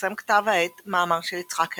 פרסם כתב העת מאמר של יצחק הרצוג,